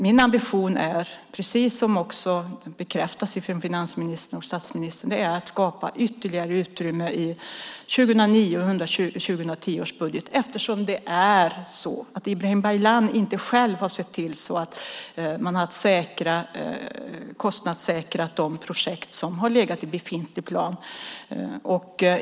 Min ambition är, precis som också bekräftas från finansministern och statsministern, att skapa ytterligare utrymme i 2009 och 2010 års budgetar eftersom Ibrahim Baylan inte själv har sett till att man har kostnadssäkrat de projekt som har legat i befintlig plan.